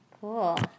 Cool